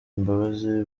imbabazi